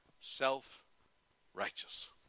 self-righteous